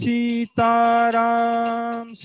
Sitaram